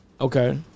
Okay